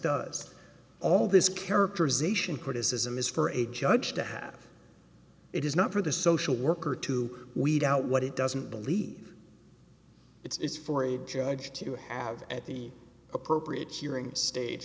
does all this characterization criticism is for a judge to have it is not for the social worker to weed out what it doesn't believe it's for a judge to have at the appropriate hearing